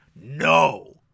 no